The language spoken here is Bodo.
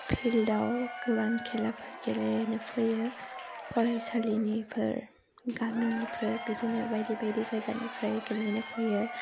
फिल्डआव गोबां खेलाफोर गेलेनो फैयो फरायसालिनिफोर गामिनिफोर बिदिनो बायदि बायदि जायगानिफ्राय गेलेनो फैयो